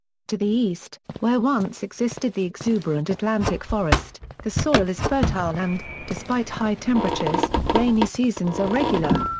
to the east, where once existed the exuberant atlantic forest, the soil is fertile and, despite high temperatures, rainy seasons are regular.